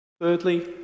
Thirdly